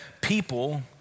people